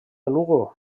lugo